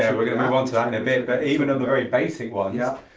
and we're going to move onto that in a bit but, even at the very basic ones. yeah